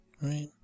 Right